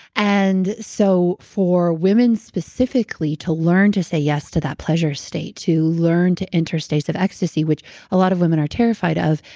and so, for women specifically, to learn to say yes to that pleasure state, to learn to enter states of ecstasy, which a lot of women are terrified of.